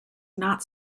not